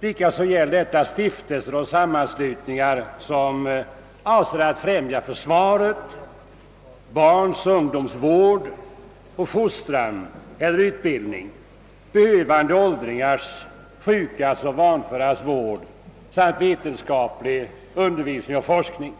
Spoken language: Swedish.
likaså gåvor till stiftelser och sammanslutningar som avser att främja försvaret, barns och ungdoms vård och fostran eller utbildning, behövande åldringars, sjukas och vanföras vård samt vetenskaplig undervisning och forskning.